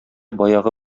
баягы